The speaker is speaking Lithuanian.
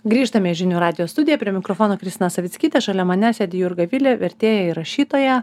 grįžtame į žinių radijo studiją prie mikrofono kristina savickytė šalia manęs sėdi jurga vilė vertėja ir rašytoja